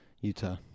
Utah